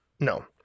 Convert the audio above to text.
No